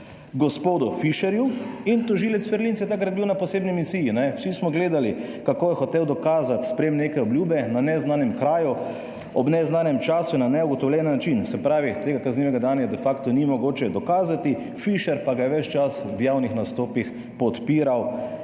gospodu Fišerju, in tožilec Ferlinc je takrat bil na posebni misiji. Vsi smo gledali, kako je hotel dokazati sprejem neke obljube na neznanem kraju ob neznanem času na neugotovljen način. Se pravi, tega kaznivega dejanja de facto ni mogoče dokazati, Fišer pa ga je ves čas v javnih nastopih podpiral